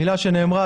המילה שנאמרה,